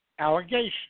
allegation